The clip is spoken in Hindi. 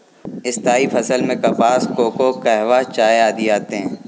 स्थायी फसल में कपास, कोको, कहवा, चाय आदि आते हैं